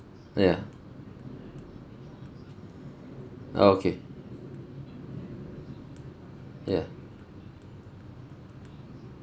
ya ah okay ya